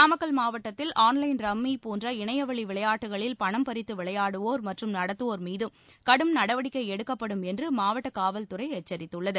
நாமக்கல் மாவட்டத்தில் online rummy போன்ற இணையவழி விளையாட்டுகளில் பணம் பறித்து விளையாடுவோர் மற்றும் நடத்துவோர் மீது கடும் நடவடிக்கை எடுக்கப்படும் என்று மாவட்ட காவல்துறை எச்சரித்துள்ளது